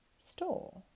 store